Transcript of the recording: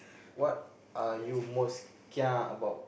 what are you most kia about